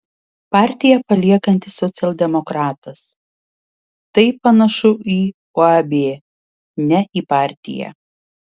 partiją paliekantis socialdemokratas tai panašu į uab ne į partiją